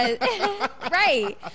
Right